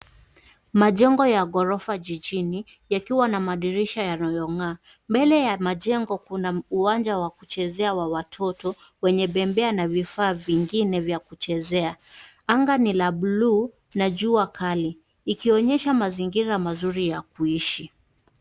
Majengo ya ghorofa jijini, yakiwa na madirisha yanayong'aa. Mbele ya majengo kuna uwanja wa kuchezea wa watoto, wenye bembea na vifaa vingine vya kuchezea. Anga ni la blue na jua kali, ikionyesha mazingira mazuri ya kuishi.